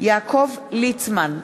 יעקב ליצמן,